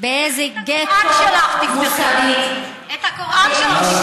באיזה גטו מוסרי ואנושי אתם, תקראי את הקוראן שלך.